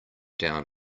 down